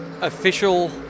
Official